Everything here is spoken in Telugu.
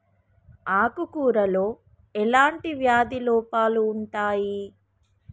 ఆకు కూరలో ఎలాంటి వ్యాధి లోపాలు ఉంటాయి?